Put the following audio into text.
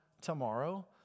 tomorrow